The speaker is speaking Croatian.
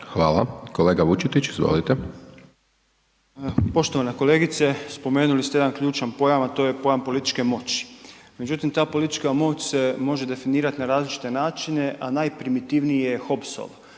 Marko (Nezavisni)** Poštovana kolegice spomenuli ste jedan ključan pojam, a to je pojam političke moći. Međutim ta politička moć se može definirati na različite načine, a najprimitivniji je Hopsov,